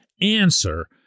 answer